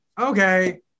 okay